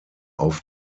auf